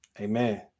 Amen